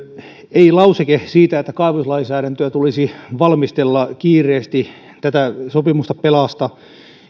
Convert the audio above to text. ei lauseke siitä että kaivoslainsäädäntöä tulisi valmistella kiireesti tätä sopimusta pelasta